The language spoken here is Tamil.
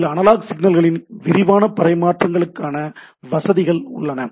இதில் அனலாக் சிக்னல்களின் விரிவான பரிமாற்றங்களுக்கான வசதிகள் உள்ளன